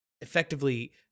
effectively